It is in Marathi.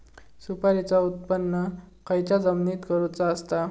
सुपारीचा उत्त्पन खयच्या जमिनीत करूचा असता?